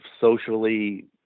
socially